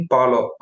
Palo